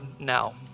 now